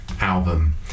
album